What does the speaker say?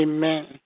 Amen